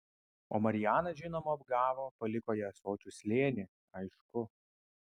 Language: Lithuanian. o marijanas žinoma apgavo paliko ją ąsočių slėny aišku